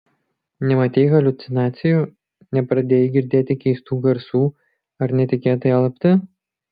nematei haliucinacijų nepradėjai girdėti keistų garsų ar netikėtai alpti